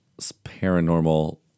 paranormal